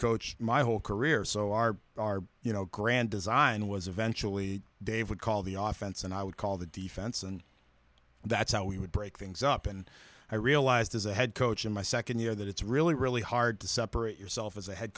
coach my whole career so are you know grand design was eventually dave would call the office and i would call the defense and that's how we would break things up and i realized as a head coach in my second year that it's really really hard to separate yourself as a head